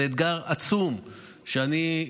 זה אתגר עצום שאני,